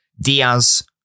Diaz